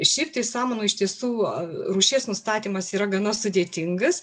šiaip tai samanų iš tiesų rūšies nustatymas yra gana sudėtingas